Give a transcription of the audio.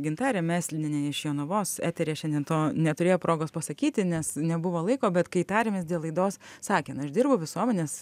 gintarė meslinienė iš jonavos eteryje šiandien to neturėjo progos pasakyti nes nebuvo laiko bet kai tarėmės dėl laidos sakė na aš dirbu visuomenės